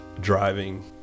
Driving